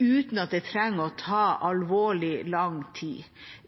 uten at det trenger å ta alvorlig lang tid.